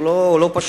הוא לא פשוט.